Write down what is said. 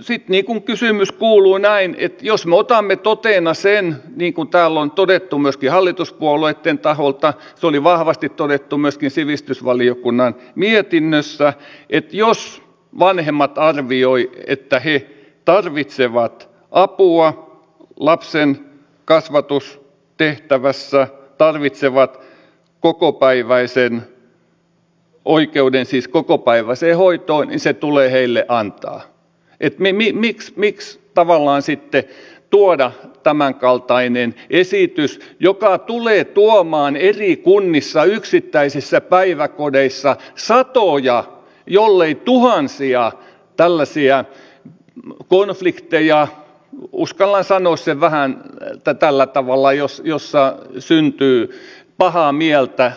sitten kysymys kuuluu näin että jos me otamme totena sen niin kuin täällä on todettu myöskin hallituspuolueitten taholta se oli vahvasti todettu myöskin sivistysvaliokunnan mietinnössä että jos vanhemmat arvioivat että he tarvitsevat apua lapsen kasvatustehtävässä tarvitsevat oikeuden kokopäiväiseen hoitoon ja se tulee heille antaa niin miksi tavallaan sitten tuodaan tämänkaltainen esitys joka tulee tuomaan eri kunnissa yksittäisissä päiväkodeissa satoja jollei tuhansia tällaisia konflikteja uskallan sanoa sen vähän tällä tavalla joissa syntyy pahaa mieltä